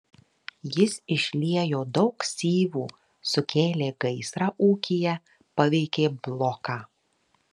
jis išliejo daug syvų sukėlė gaisrą ūkyje paveikė bloką